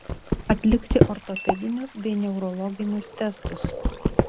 atlikti ortopedinius bei neurologinius testus